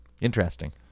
interesting